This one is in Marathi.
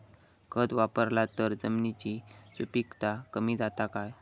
खत वापरला तर जमिनीची सुपीकता कमी जाता काय?